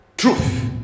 truth